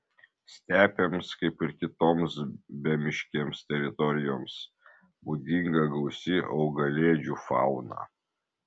stepėms kaip ir kitoms bemiškėms teritorijoms būdinga gausi augalėdžių fauna